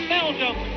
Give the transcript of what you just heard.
Belgium